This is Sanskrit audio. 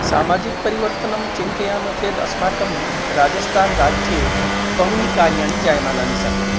सामाजिकपरिवर्तनं चिन्तयामः चेत् अस्माकं राजस्थानराज्ये बहूनि कार्याणि जायमानानि सन्ति